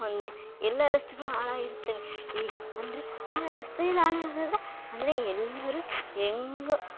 ಮೊನ್ನೆ ಎಲ್ಲ ರಸ್ತೆಗಳು ಹಾಳಾಗಿರ್ತವೆ ಈ ಅಂದರೆ ಆ ರಸ್ತೆ ಎಲ್ಲ ಹಾಳಾಗಿದ್ರೆ ಅಂದರೆ ಎಲ್ಲರು ಹೆಂಗೊ